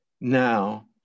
now